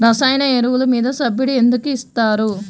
రసాయన ఎరువులు మీద సబ్సిడీ ఎందుకు ఇస్తారు?